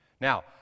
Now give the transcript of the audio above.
Now